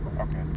Okay